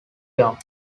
york